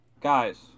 Guys